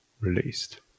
released